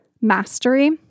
mastery